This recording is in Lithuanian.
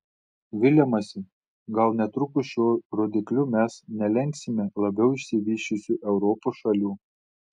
viliamasi gal netrukus šiuo rodikliu mes nelenksime labiau išsivysčiusių europos šalių